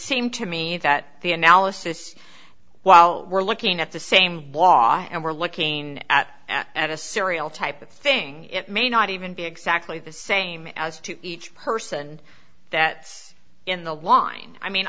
seem to me that the analysis while we're looking at the same law and we're looking at at a serial type of thing it may not even be exactly the same as to each person that it's in the line i mean